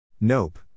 Nope